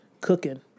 cooking